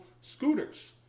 scooters